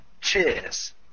cheers